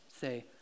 say